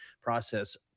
process